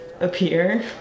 appear